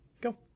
go